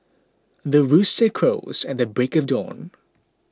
the rooster crows at the break of dawn